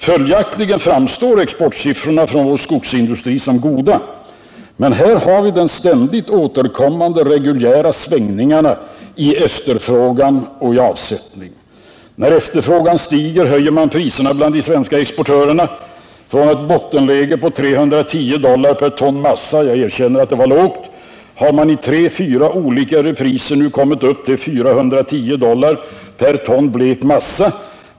Följaktligen framstår exportsiffrorna från vår skogsindustri som goda, men här har vi de ständigt återkommande reguljära svängningarna i efterfrågan och i avsättning. När efterfrågan stiger höjer man priserna bland de svenska exportörerna. Från ett bottenläge på 310 dollar per ton massa —- jag erkänner att det var lågt — har man i tre fyra olika repriser nu kommit upp till 410 dollar per ton blekt massa.